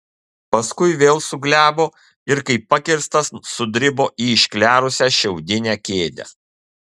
paskui vėl suglebo ir kaip pakirstas sudribo į išklerusią šiaudinę kėdę